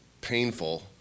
painful